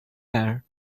air